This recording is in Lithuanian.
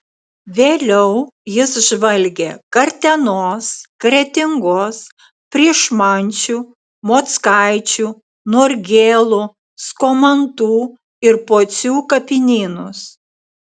vėliau jis žvalgė kartenos kretingos pryšmančių mockaičių norgėlų skomantų ir pocių kapinynus